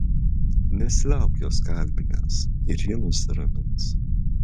nesiliauk jos kalbinęs ir ji nusiramins